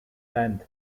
length